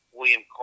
William